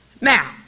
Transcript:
Now